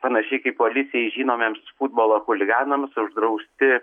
panašiai kaip policijai žinomiems futbolo chuliganams uždrausti